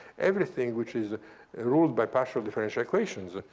everything which is and ruled by partial differential equations,